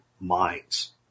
minds